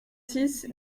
six